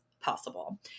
possible